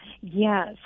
yes